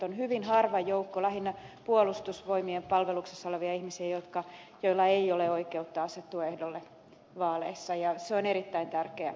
on hyvin harva joukko lähinnä puolustusvoimien palveluksessa olevia ihmisiä joilla ei ole oikeutta asettua ehdolle vaaleissa ja se on erittäin tärkeä perusoikeus